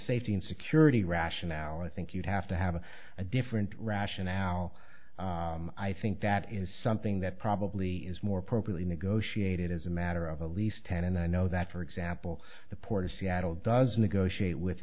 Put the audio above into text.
safety and security rationale and think you'd have to have a different rationale i think that is something that probably is more appropriately negotiated as a matter of the least ten and i know that for example the port of seattle does negotiate with